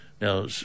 Now